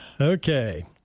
Okay